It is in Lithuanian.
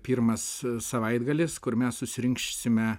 pirmas savaitgalis kur mes susirinksime